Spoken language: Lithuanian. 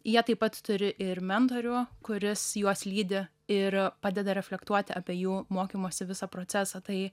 jie taip pat turi ir mentorių kuris juos lydi ir padeda reflektuot apie jų mokymosi visą procesą tai